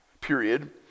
period